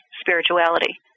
spirituality